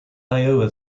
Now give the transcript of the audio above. iowa